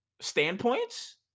standpoints